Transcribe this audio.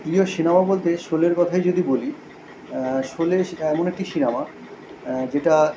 প্রিয় সিনেমা বলতে শোলের কথাই যদি বলি শোলে সি এমন একটি সিনেমা যেটা